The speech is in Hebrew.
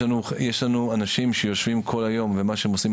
יש לנו אנשים שיושבים כל היום ומה שהם עושים,